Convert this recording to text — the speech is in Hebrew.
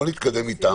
בואו נתקדם איתם.